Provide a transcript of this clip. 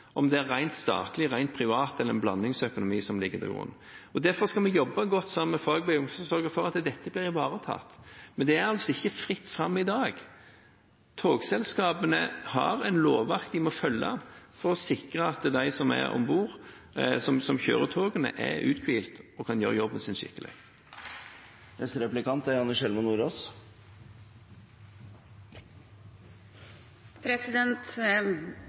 om det er rent statlig, rent privat eller en blandingsøkonomi som ligger til grunn. Derfor skal vi jobbe godt sammen med fagbevegelsen og sørge for at dette blir ivaretatt. Men det er altså ikke fritt fram i dag. Togselskapene har et lovverk de må følge for å sikre at de som kjører togene, er uthvilte og kan gjøre jobben sin skikkelig. Jeg synes det er